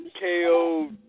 KO